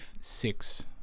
six